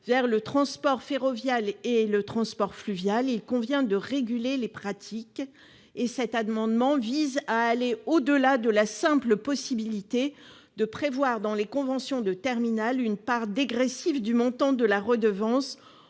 vers le transport ferroviaire et le transport fluvial, il convient de réguler les pratiques. Cet amendement vise à aller au-delà de la simple possibilité de prévoir, dans les conventions de terminal, une part dégressive du montant de la redevance